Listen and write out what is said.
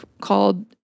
called